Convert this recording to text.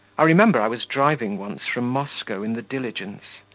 i remember i was driving once from moscow in the diligence.